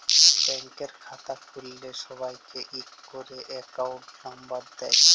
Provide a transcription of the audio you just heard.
ব্যাংকের খাতা খুল্ল্যে সবাইকে ইক ক্যরে একউন্ট লম্বর দেয়